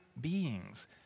beings